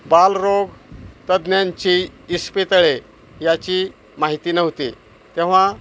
बालरोगतज्ञांची इस्पितळे याची माहिती नव्हती तेव्हा